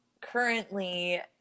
currently